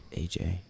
AJ